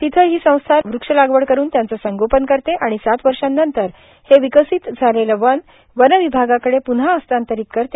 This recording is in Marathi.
तिथं ही संस्था वृक्षलागवड करून त्यांचं संगोपन करते आणि सात वर्षांनंतर हे विकसित झालेलं वन वन विभागाकडे प्रन्हा हस्तांतरीत करते